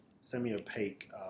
semi-opaque